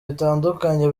bitandukanye